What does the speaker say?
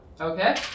Okay